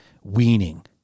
weaning